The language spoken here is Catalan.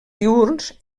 diürns